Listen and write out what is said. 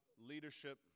leadership